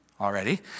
already